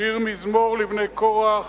"שיר מזמור לבני קרח.